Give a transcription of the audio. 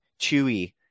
Chewy